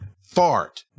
fart